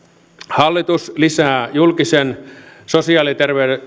hallitus lisää julkisen sosiaali ja